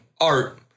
art